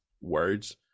words